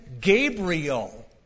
Gabriel